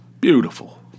beautiful